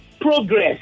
progress